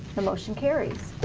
the motion carries.